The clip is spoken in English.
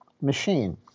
machine